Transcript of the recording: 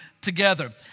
together